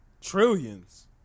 Trillions